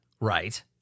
right